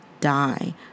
die